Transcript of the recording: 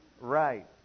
Right